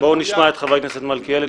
בואו נשמע את חבר הכנסת מלכיאלי,